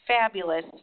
fabulous